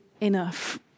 enough